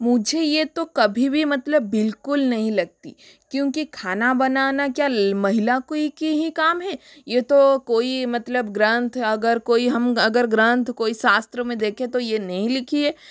मुझे यह तो कभी भी मतलब बिल्कुल नहीं लगती क्यूँकि खाना बनाना क्या महिला कोई की ही काम हे यह तो कोई मतलब ग्रंथ अगर कोई हम अगर ग्रंथ कोई शास्त्र में देखें तो यह नहीं लिखी है